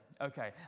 okay